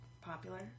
popular